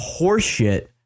horseshit